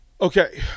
Okay